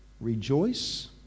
rejoice